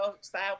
style